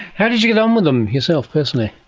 how did you get on with them yourself personally?